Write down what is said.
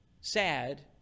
sad